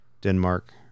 denmark